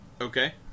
Okay